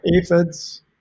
aphids